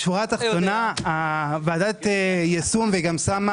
ועדת היישום הגיעה